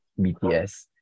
BTS